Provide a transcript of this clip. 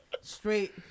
straight